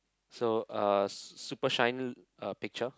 so uh s~ super shine uh picture